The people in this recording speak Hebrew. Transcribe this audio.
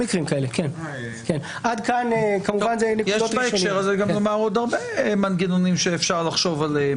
יש בהקשר הזה לומר עוד הרבה מנגנונים שאפשר לחשוב עליהם.